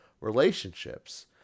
relationships